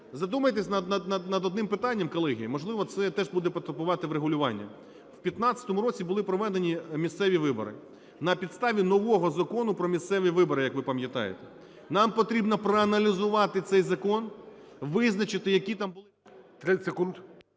Задумайтесь над одним питанням, колеги, можливо, це теж потребуватиме врегулювання. В 15-му році були проведені місцеві вибори на підставі нового Закону "Про місцеві вибори", як ви пам'ятаєте. Нам потрібно проаналізувати цей закон, визначити, які там були...